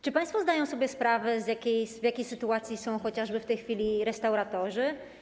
Czy państwo zdają sobie sprawę, w jakiej sytuacji są chociażby w tej chwili restauratorzy?